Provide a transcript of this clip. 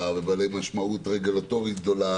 והצעות חוק בעלי משמעות רגולטורית גדולה